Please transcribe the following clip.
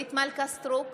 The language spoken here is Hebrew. אורית מלכה סטרוק,